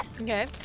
Okay